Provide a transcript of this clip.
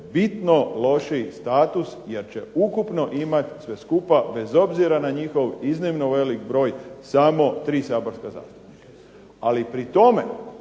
bitno lošiji status jer će ukupno imati sve skupa bez obzira na njihov iznimno velik broj samo 3 saborska zastupnika. Ali pri tome